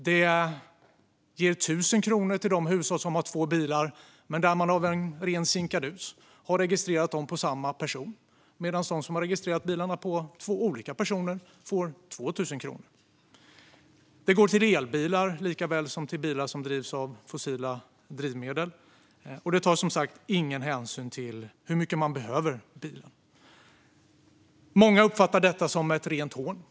Det ger 1 000 kronor till de hushåll som har två bilar men där man av en ren sinkadus har registrerat dem på samma person medan de som har registrerat bilarna på två olika personer får 2 000 kronor. Det går till elbilar likaväl som till bilar som drivs av fossila drivmedel. Och det tar som sagt ingen hänsyn till hur mycket man behöver bilen. Många uppfattar detta som ett rent hån.